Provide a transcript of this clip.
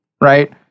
right